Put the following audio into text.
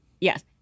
Yes